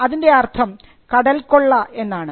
അതിൻറെ അർത്ഥം കടൽക്കൊള്ള എന്നാണ്